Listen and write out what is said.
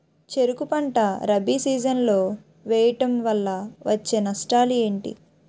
చెరుకు పంట రబీ సీజన్ లో వేయటం వల్ల వచ్చే నష్టాలు ఏంటి?